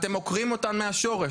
אתם עוקרים אותן מהשורש.